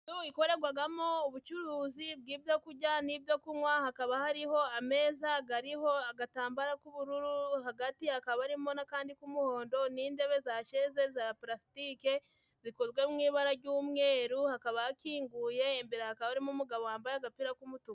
Inzu ikorerwagamo ubucuruzi bw'ibyo kurya n'ibyo kunywa hakaba hariho ameza gariho agatambaro k'ubururu hagati hakaba harimo n'akandi k'umuhondo n'intebe za sheze za palasitike zikozwe mu ibara ry'umweru hakaba hakinguye, imbere hakaba harimo umugabo wambaye agapira k'umutuku.